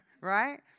right